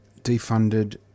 defunded